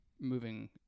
moving